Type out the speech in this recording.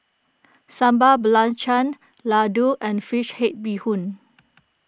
Sambal Belacan Laddu and Fish Head Bee Hoon